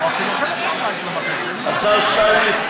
השר שטייניץ,